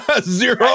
Zero